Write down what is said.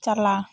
ᱪᱟᱞᱟ